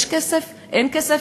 יש כסף, אין כסף?